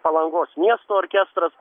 palangos miesto orkestras